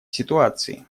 ситуации